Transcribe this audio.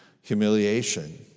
humiliation